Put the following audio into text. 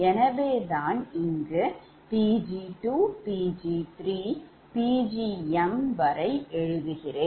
எனவேதான் இங்கு Pg2Pg3Pgmவரை எழுதுகிறேன்